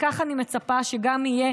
וכך אני מצפה שגם יהיה.